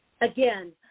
again